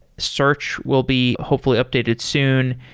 search will be hopefully updated soon,